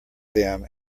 them